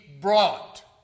brought